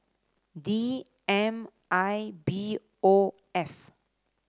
D M I B O F